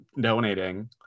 donating